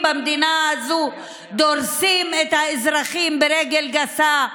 במדינה הזו דורסים את האזרחים ברגל גסה,